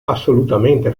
assolutamente